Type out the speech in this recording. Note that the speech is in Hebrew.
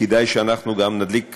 כדאי שאנחנו גם נדליק